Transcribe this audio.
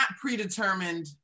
predetermined